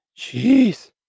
jeez